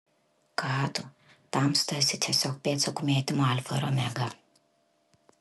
ką tu tamsta esi tiesiog pėdsakų mėtymo alfa ir omega